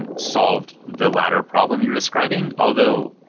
and solved the latter problem you're describing. although,